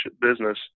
business